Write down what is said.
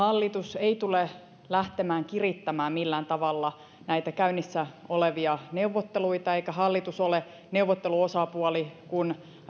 hallitus ei tule lähtemään kirittämään millään tavalla näitä käynnissä olevia neuvotteluita eikä hallitus ole neuvotteluosapuoli kun